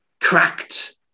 cracked